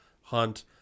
hunt